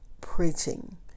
preaching